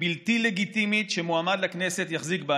כבלתי לגיטימי שמועמד לכנסת יחזיק בה.